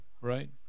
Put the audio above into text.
right